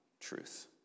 truth